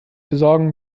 besorgen